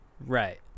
right